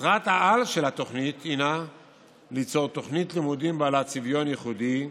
מטרת-העל של התוכנית היא ליצור תוכנית לימודים בעלת צביון ייחודי.